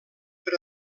per